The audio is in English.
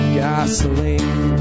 gasoline